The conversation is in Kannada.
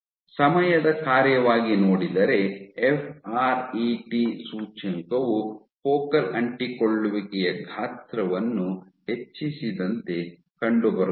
ಸಮಯದ ಕಾರ್ಯವಾಗಿ ನೋಡಿದರೆ ಎಫ್ ಆರ್ ಇ ಟಿ ಸೂಚ್ಯಂಕವು ಫೋಕಲ್ ಅಂಟಿಕೊಳ್ಳುವಿಕೆಯ ಗಾತ್ರವನ್ನು ಹೆಚ್ಚಿಸಿದಂತೆ ಕಂಡುಬರುತ್ತದೆ